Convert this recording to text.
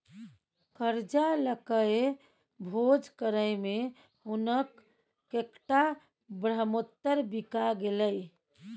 करजा लकए भोज करय मे हुनक कैकटा ब्रहमोत्तर बिका गेलै